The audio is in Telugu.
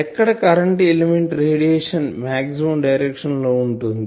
ఎక్కడ current element radiation maximum direction లో ఉంటుంది